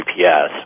GPS